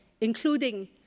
including